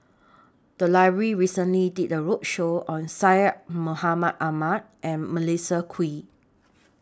The Library recently did A roadshow on Syed Mohamed Ahmed and Melissa Kwee